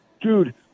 Dude